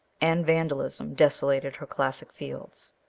and vandalism desolated her classic fields.